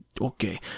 okay